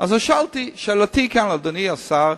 שאלתי כאן, אדוני השר,